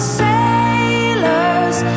sailors